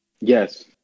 Yes